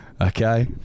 Okay